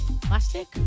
Plastic